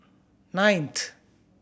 ninth